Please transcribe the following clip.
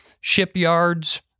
shipyards